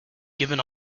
given